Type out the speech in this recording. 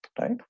right